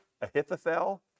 Ahithophel